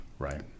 right